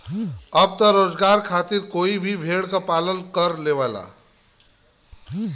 अब त रोजगार खातिर कोई भी भेड़ पालन कर लेवला